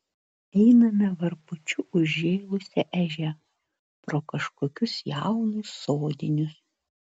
einame varpučiu užžėlusia ežia pro kažkokius jaunus sodinius